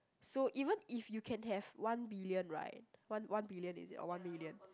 so even if you can have one billion right one one billion is it or one million